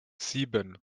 sieben